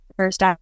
First